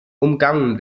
umgangen